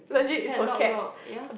cat dog dog ya